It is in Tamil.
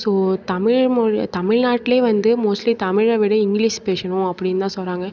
ஸோ தமிழ் மொ தமிழ் நாட்டிலயே வந்து மோஸ்லி தமிழை விட இங்கிலிஷ் பேசணும் அப்படினு தான் சொல்கிறாங்க